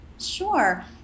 Sure